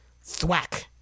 Thwack